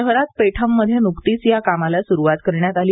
शहरात पेठांमध्ये न्कतीच या कामाला सुरुवात करण्यात आली